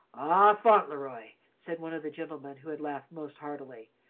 ah, fauntleroy, said one of the gentlemen who had laughed most heartily,